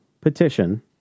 petition